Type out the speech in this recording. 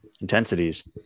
intensities